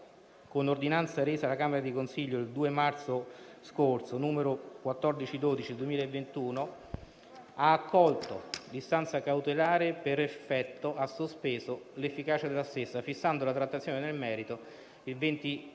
con ordinanza resa in camera di consiglio il 2 marzo scorso (n. 1412 del 2021), ha accolto l'istanza cautelare e, per effetto, ha sospeso l'efficacia della stessa, fissando la trattazione nel merito il 20